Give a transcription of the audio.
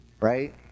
Right